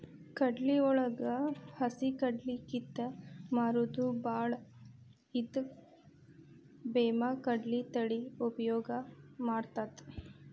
ಕಡ್ಲಿವಳಗ ಹಸಿಕಡ್ಲಿ ಕಿತ್ತ ಮಾರುದು ಬಾಳ ಇದ್ದ ಬೇಮಾಕಡ್ಲಿ ತಳಿ ಉಪಯೋಗ ಮಾಡತಾತ